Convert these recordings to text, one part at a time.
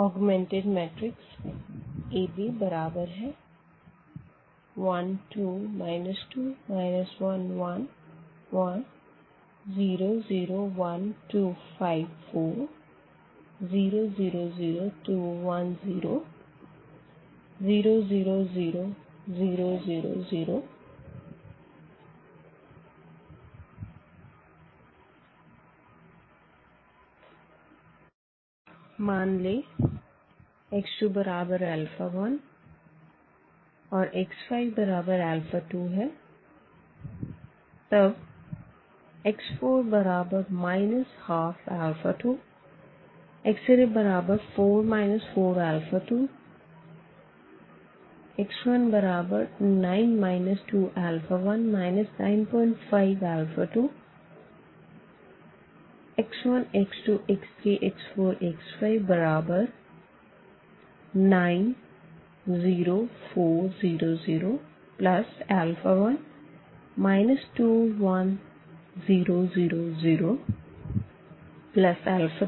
मान लें x21x52है तब x4 122 x34 42 x19 21 952 x1 x2 x3 x4 x5 9 0 4 0 0 1 2 1 0 0 0 2 95 0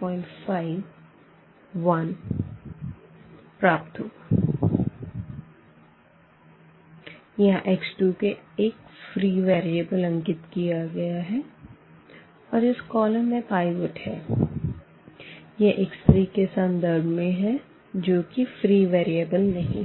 4 05 1 यहाँ x2को एक फ्री वेरिएबल अंकित किया गया है और इस कॉलम में पाइवट है यह x३ के संदर्भ में है जो की फ्री वेरिएबल नहीं है